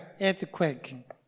earthquake